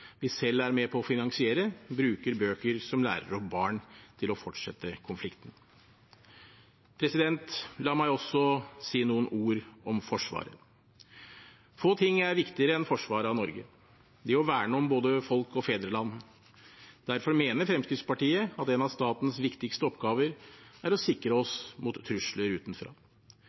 vi selv er med på å finansiere, bruker bøker som lærer opp barn til å fortsette konflikten. La meg også si noen ord om Forsvaret. Få ting er viktigere enn forsvaret av Norge, det å verne om både folk og fedreland. Derfor mener Fremskrittspartiet at en av statens viktigste oppgaver er å sikre oss mot trusler utenfra.